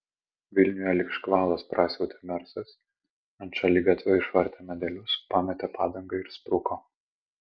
vilniuje lyg škvalas prasiautė mersas ant šaligatvio išvartė medelius pametė padangą ir spruko